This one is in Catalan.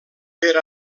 per